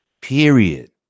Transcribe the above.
Period